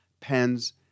pens